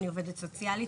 אני עובדת סוציאלית,